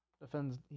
defends